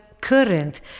current